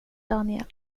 daniel